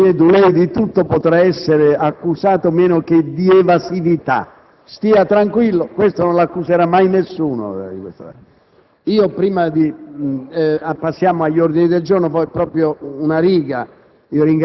ringrazio, senatore Nieddu: lei di tutto potrà essere accusato meno che di evasività, stia tranquillo, di questo non la accuserà mai nessuno.